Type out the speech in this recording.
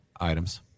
items